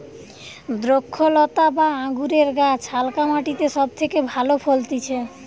দ্রক্ষলতা বা আঙুরের গাছ হালকা মাটিতে সব থেকে ভালো ফলতিছে